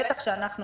בטח שאסור לנו